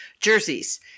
jerseys